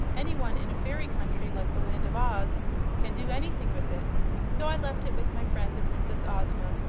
anyone in a fairy country like the land of oz can do anything with it so i left it with my friend the princess ozma,